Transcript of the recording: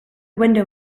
window